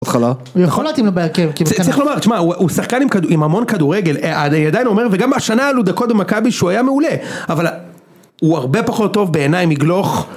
הוא יכול להתאים לו בהרכב. -כי צריך לומר, תשמע, הוא שחקן עם המון כדורגל, אני עדיין אומר, וגם השנה היו לו דקות במכבי שהוא היה מעולה, אבל הוא הרבה פחות טוב בעיניי מגלוך